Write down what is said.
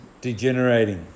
degenerating